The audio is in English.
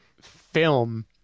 film